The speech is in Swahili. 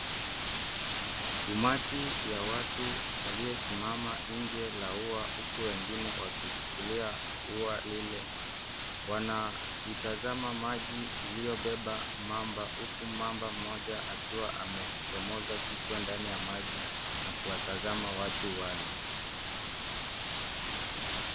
Umati wa watu uliosimama nje la ya huku wengine wakishikilia ya lile wanaitazama maji iliyobeba mamba huku mamba mmoja akiwa amechomoza kichwa nje ya maji na kuwatazama watu wale.